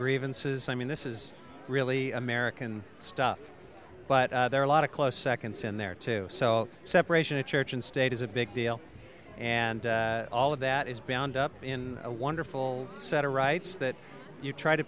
grievances i mean this is really american stuff but there are a lot of close seconds in there too so separation of church and state is a big deal and all of that is bound up in a wonderful set of rights that you try to